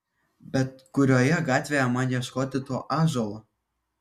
bet kurioje gatvėje man ieškoti to ąžuolo